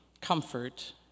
comfort